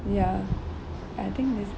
ya I think is